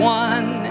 one